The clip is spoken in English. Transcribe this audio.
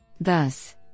Thus